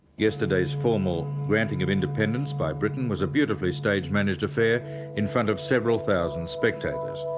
yesterday's formal granting of independence by britain was a beautifully stage-managed affair in front of several thousand spectators.